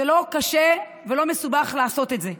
זה לא קשה ולא מסובך לעשות את זה.